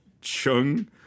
Chung